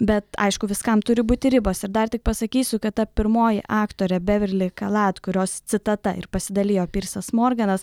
bet aišku viskam turi būti ribos ir dar tik pasakysiu kad ta pirmoji aktorė beverli kalat kurios citata ir pasidalijo pirsas morganas